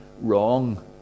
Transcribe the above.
wrong